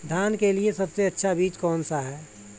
धान के लिए सबसे अच्छा बीज कौन सा है?